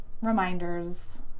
reminders